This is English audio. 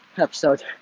episode